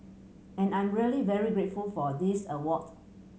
and I'm really very grateful for this award